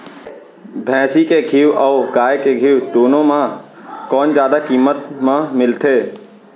भैंसी के घीव अऊ गाय के घीव दूनो म कोन जादा किम्मत म मिलथे?